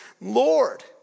lord